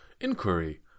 inquiry